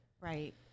Right